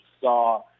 saw